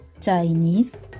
Chinese